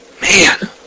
Man